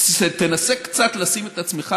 תנסה קצת לשים את עצמך